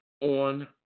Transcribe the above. on